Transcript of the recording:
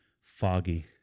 foggy